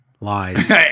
lies